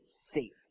safe